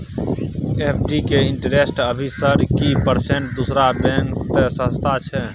FD के interest अभी sir की परसेंट दूसरा बैंक त सस्ता छः?